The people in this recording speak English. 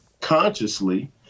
consciously